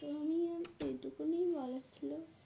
তো আমি আর এইটুকুনই বলার ছিল